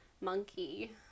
monkey